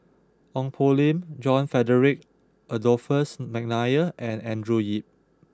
Ong Poh Lim John Frederick Adolphus McNair and Andrew Yip